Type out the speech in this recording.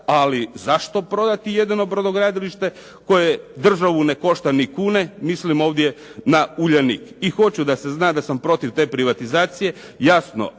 ali zašto prodati jedno brodogradilište koje državu ne košta ni kune, mislim ovdje na "Uljanik". I hoću da se zna da sam protiv te privatizacije.